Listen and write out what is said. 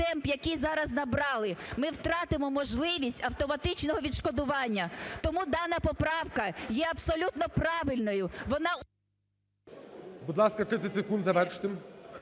Будь ласка, 30 секунд завершити,